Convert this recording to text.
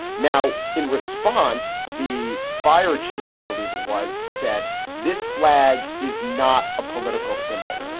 now, in response, the fire chief, i believe it was, said this flag is not a political symbol.